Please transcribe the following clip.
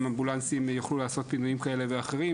אמבולנסים יוכלו לעשות פינויים כאלה ואחרים,